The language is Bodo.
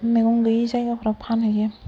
मैगं गैयै जायगाफ्राव फानहैयो